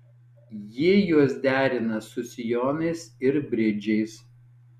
ji juos derina su sijonais ir bridžais